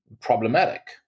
problematic